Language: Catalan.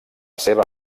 seva